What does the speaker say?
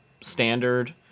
standard